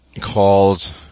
called